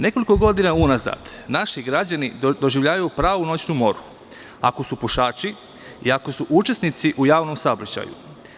Nekoliko godina unazad naši građani doživljavaju pravu noćnu moru, ako su pušači i ako su učesnici u javnom saobraćaju.